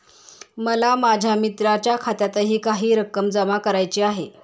मला माझ्या मित्राच्या खात्यातही काही रक्कम जमा करायची आहे